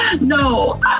No